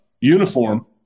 uniform